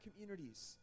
communities